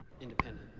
independent